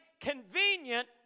convenient